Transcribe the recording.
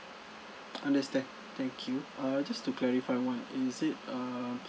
understand thank you err just to clarify one is it err